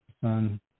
son